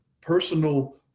personal